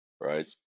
right